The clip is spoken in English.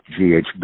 GHB